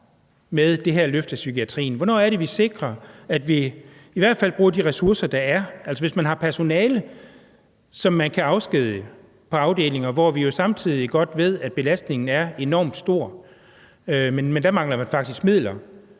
med det her løft af psykiatrien. Hvornår er det, vi sikrer, at vi i hvert fald bruger de ressourcer, der er? Altså, hvis man har personale, som man kan afskedige på afdelinger, hvor vi jo samtidig godt ved belastningen er enormt stor, men der faktisk mangler midler,